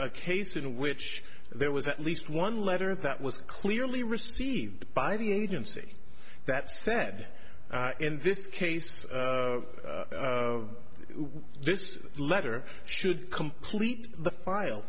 a case in which there was at least one letter that was clearly received by the agency that said in this case of this letter should complete the file